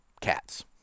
cats